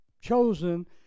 chosen